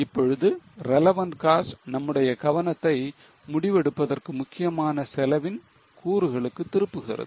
இப்பொழுது relevant cost நம்முடைய கவனத்தை முடிவு எடுப்பதற்கு முக்கியமான செலவின் கூறுகளுக்கு திருப்புகிறது